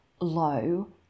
low